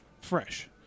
fresh